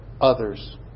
others